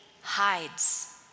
hides